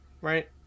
right